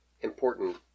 important